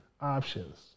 options